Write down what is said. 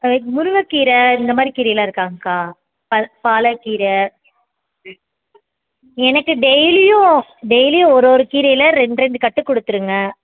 முருங்கக்கீரை இந்தமாதிரி கீரைலாம் இருக்காங்கக்கா ப பாலக்கீரை எனக்கு டெய்லியும் டெய்லியும் ஒரு ஒரு கீரையில் ரெண்டு ரெண்டு கட்டு கொடுத்துருங்க